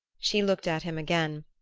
she looked at him again.